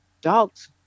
dog's